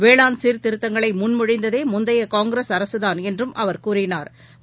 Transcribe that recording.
வேளாண் சீாத்திருத்தங்களை முன்மொழிந்ததே முந்தைய காங்கிரஸ் அரசுதான் என்றும் அவா் கூறினாா்